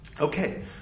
Okay